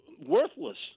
worthless